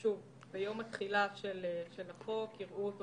היא שביום התחילה של החוק יראו אותו